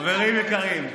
חברים יקרים,